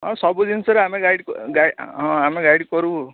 ହଁ ସବୁ ଜିନିଷରେ ଆମେ ଗାଇଡ୍ ଗାଇଡ୍ କରିବୁ ହଁ ଆମେ ଗାଇଡ୍ କରିବୁ